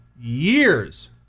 years